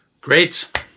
Great